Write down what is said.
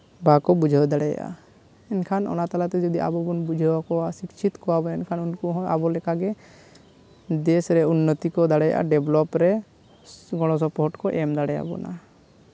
ᱵᱟᱠᱚ ᱵᱩᱡᱷᱟᱹᱣ ᱫᱟᱲᱮᱭᱟᱜᱼᱟ ᱮᱱᱠᱷᱟᱱ ᱚᱱᱟ ᱛᱟᱞᱟᱛᱮ ᱟᱵᱚ ᱵᱚᱱ ᱵᱩᱡᱷᱟᱹᱣ ᱠᱚᱣᱟ ᱥᱤᱪᱪᱷᱤᱛ ᱠᱚᱣᱟ ᱵᱚᱱ ᱮᱱᱠᱷᱟᱱ ᱩᱱᱠᱩ ᱦᱚᱸ ᱟᱵᱚ ᱞᱮᱠᱟᱜᱮ ᱫᱮᱥ ᱨᱮ ᱩᱱᱱᱚᱛᱤ ᱠᱚ ᱫᱟᱲᱮᱭᱟᱜᱼᱟ ᱰᱮᱵᱷᱞᱚᱯ ᱨᱮ ᱜᱚᱲᱚ ᱥᱚᱯᱚᱦᱚᱫ ᱠᱚ ᱮᱢ ᱫᱟᱲᱮᱭᱟᱵᱚᱱᱟ